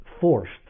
forced